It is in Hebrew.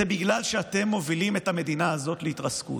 זה בגלל שאתם מובילים את המדינה הזאת להתרסקות.